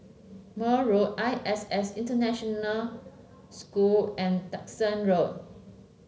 Mayne Road I S S International School and Duxton Road